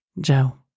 Joe